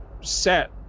set